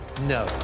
No